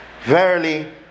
verily